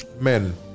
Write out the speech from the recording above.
men